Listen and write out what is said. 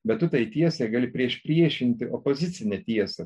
bet tu tai tiesa gali priešpriešinti opozicinę tiesą